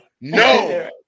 No